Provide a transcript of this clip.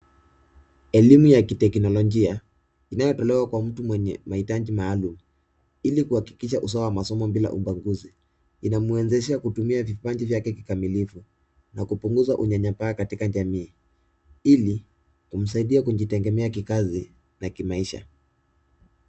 Elimu ya kiteknolojia inayotolewa kwa mtu mwenye mahitaji maalum hili kuhakikisha usawa wa masomo bila ubaguzi. Inamwezeshea kutumia vipaji vyake kikamilifu na kupunguza unyanyapaa katika jamii. Hili linamsaidia kujitegemea kikazi na kimaisha.